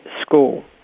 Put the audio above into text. school